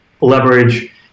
leverage